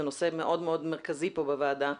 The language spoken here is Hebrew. זה נושא מאוד מאוד מרכזי פה בוועדה,